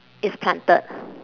is planted